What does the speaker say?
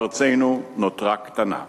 ארצנו נותרה קטנה.